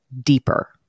deeper